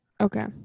okay